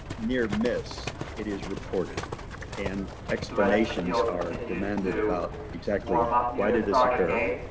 near miss it is reported and explanations are demanded about exactly why did this occur?